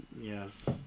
Yes